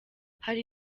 hari